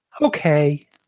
okay